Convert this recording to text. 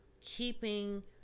keeping